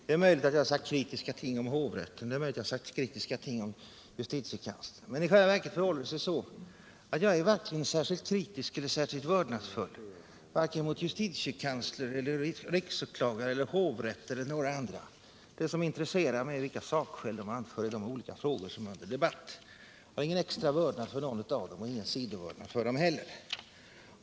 Det är möjligt, herr Winberg, att jag har sagt kritiska saker om hovrätten och om justitiekanslern. Men i själva verket är jag varken särskilt kritisk eller särskilt vördnadsfull mot justitiekanslern, riksåklagaren, hovrätterna eller någon annan. Det som intresserar mig är vilka sakskäl man anför i de olika frågor som är under debatt. Jag hyser ingen extra vördnad för någon av dem och ingen sidovördnad heller.